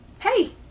Hey